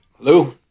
Hello